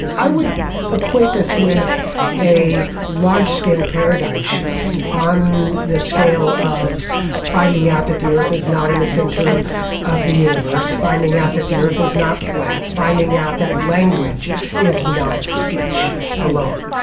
i would equate this with with a large scale paradigm shift on the scale of finding out that the earth is not in the centre of the universe, finding out that the earth is not flat, finding out that language is not speech alone.